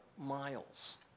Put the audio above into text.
miles